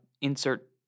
insert